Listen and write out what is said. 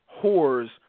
whores